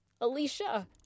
Alicia